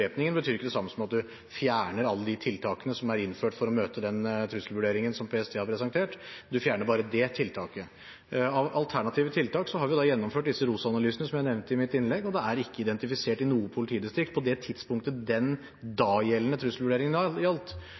bevæpningen betyr ikke det samme som at vi fjerner alle de tiltakene som er innført for å møte den trusselvurderingen som PST har presentert. Man fjerner bare dét tiltaket. Av alternative tiltak har vi gjennomført disse ROS-analysene, som jeg nevnte i mitt innlegg, og det er ikke identifisert noe i noe politidistrikt på det tidspunktet den dagjeldende trusselvurderingen gjaldt,